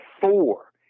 four